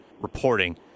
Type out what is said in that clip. reporting